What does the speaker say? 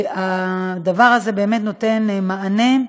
הדבר הזה באמת נותן מענה.